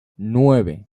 nueve